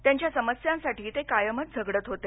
त्यांच्या समस्यांसाठी ते कायमच झगडत होते